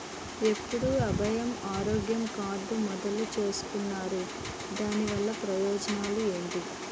ఎప్పుడు అభయ ఆరోగ్య కార్డ్ మొదలు చేస్తున్నారు? దాని వల్ల ప్రయోజనాలు ఎంటి?